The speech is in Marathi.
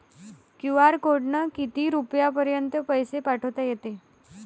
क्यू.आर कोडनं किती रुपयापर्यंत पैसे पाठोता येते?